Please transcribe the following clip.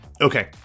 Okay